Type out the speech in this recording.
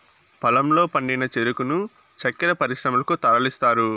పొలంలో పండిన చెరుకును చక్కర పరిశ్రమలకు తరలిస్తారు